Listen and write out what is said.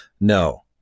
No